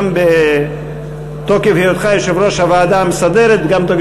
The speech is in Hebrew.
גם בתוקף היותך יושב-ראש הוועדה המסדרת וגם בתוקף